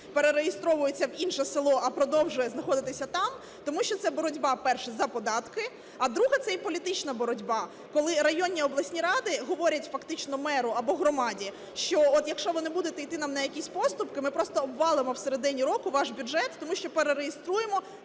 перереєстровуються в інше село, а продовжує знаходитися там? Тому що це боротьба, перше, за податки, а друге – це і політична боротьба, коли районні і обласні ради говорять фактично меру або громаді, що: от якщо ви не будете йти нам на якісь поступки, ми просто обвалимо всередині року ваш бюджет, тому що перереєструємо